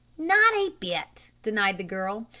not a bit, denied the girl,